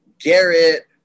Garrett